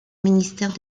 ministère